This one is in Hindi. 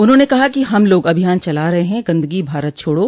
उन्होंने कहा कि हम लोग अभियान चला रहे है गन्दगी भारत छोड़ो